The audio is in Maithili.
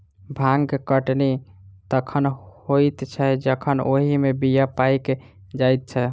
भांग कटनी तखन होइत छै जखन ओहि मे बीया पाइक जाइत छै